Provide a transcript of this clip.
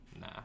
Nah